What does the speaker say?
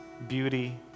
beauty